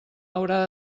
haurà